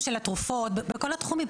בתרופות ובכל התחומים,